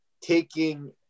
taking